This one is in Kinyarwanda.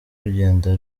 rugenda